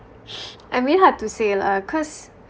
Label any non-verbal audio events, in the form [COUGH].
[BREATH] I mean hard to say lah cause